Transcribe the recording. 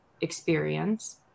experience